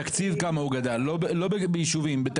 כמה הוא גדל בתקציב?